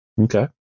okay